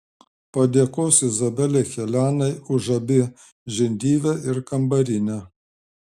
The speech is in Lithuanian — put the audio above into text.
padėkos izabelei helenai už abi žindyvę ir kambarinę